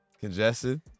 Congested